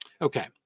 okay